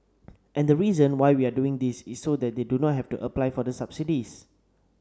and the reason why we are doing this is so that they do not have to apply for the subsidies